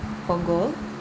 Punggol